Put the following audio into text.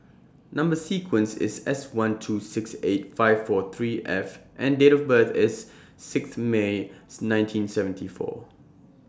Number sequence IS S one two six eight five four three F and Date of birth IS Sixth May's nineteen seventy four